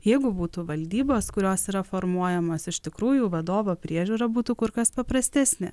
jeigu būtų valdybos kurios yra formuojamas iš tikrųjų vadovo priežiūra būtų kur kas paprastesnė